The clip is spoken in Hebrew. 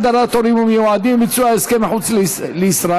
הגדרת הורים מיועדים וביצוע הסכם מחוץ לישראל),